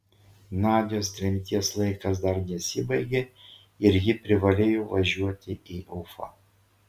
nadios tremties laikas dar nesibaigė ir ji privalėjo važiuoti į ufą